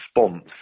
response